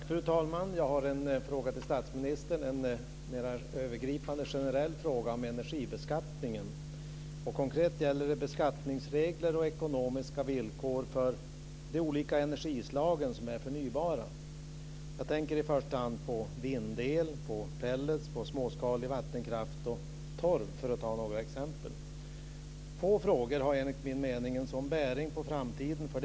Fru talman! Jag har en fråga till statsministern, en mera övergripande generell fråga om energibeskattningen. Konkret gäller det beskattningsregler och ekonomiska villkor för de olika förnybara energislagen. Jag tänker i första hand på vindel, pelletar, småskalig vattenkraft och torv, för att ta några exempel. Få frågor har enligt min mening en sådan bäring på framtiden som denna.